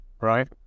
right